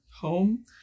home